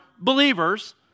believers